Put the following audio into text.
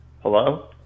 Hello